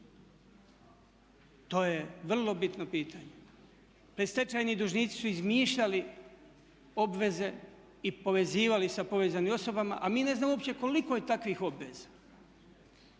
To je vrlo bitno pitanje. Predstečajni dužnici su izmišljali obveze i povezivali sa povezanim osobama a mi ne znamo uopće koliko je takvih obaveza.